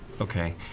Okay